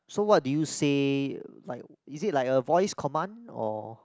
so what did you say like is it like a voice command or